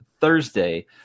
Thursday